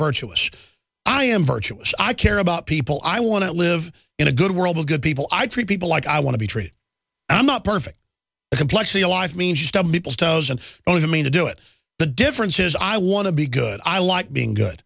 virtuous i am virtuous i care about people i want to live in a good world with good people i treat people like i want to be treated i'm not perfect complex life means to stop people's toes and only me to do it the difference is i want to be good i like being good